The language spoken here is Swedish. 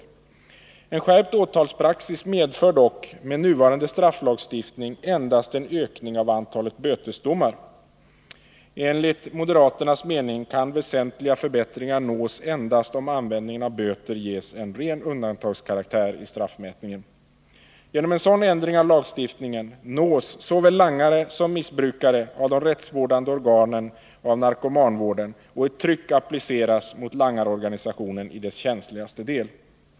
En skärpt åtalspraxis medför dock med nuvarande strafflagstiftning endast en ökning av antalet bötesdomar. Enligt moderaternas mening kan väsentliga förbättringar endast nås om användningen av böter ges en ren undantagskaraktär i straffmätningen. Genom en sådan ändring av lagstiftningen nås såväl langare som missbrukare av de rättsvårdande organen och av narkomanvården, och ett tryck appliceras mot langarorganisationen i dess känsligaste del.